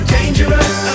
Dangerous